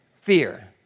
Fear